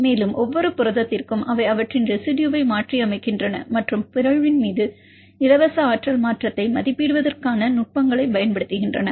மேலும் ஒவ்வொரு புரதத்திற்கும் அவை அவற்றின் ரெசிடுயுவை மாற்றியமைக்கின்றன மற்றும் பிறழ்வின் மீது இலவச ஆற்றல் மாற்றத்தை மதிப்பிடுவதற்கான நுட்பங்களைப் பயன்படுத்துகின்றன